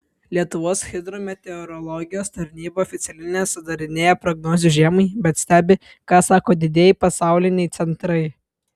lietuvos hidrometeorologijos tarnyba oficialiai nesudarinėja prognozių žiemai bet stebi ką sako didieji pasauliniai centrai